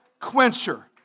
quencher